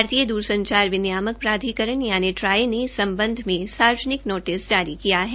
भारतीय दूर संचार विनियामक प्राधिकरण ट्राई ने इस सम्बध में सार्वजनिक नोटिस जारी किया है